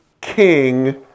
king